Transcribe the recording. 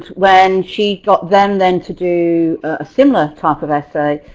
when she got them then to do a similar type of essay